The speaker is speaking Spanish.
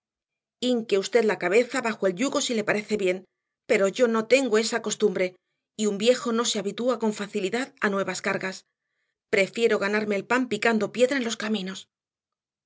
fuerzas hinque usted la cabeza bajo el yugo si le parece bien pero yo no tengo esa costumbre y un viejo no se habitúa con facilidad a nuevas cargas prefiero ganarme el pan picando piedra en los caminos